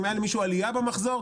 אם היה למישהו עלייה במחזור,